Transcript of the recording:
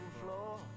floor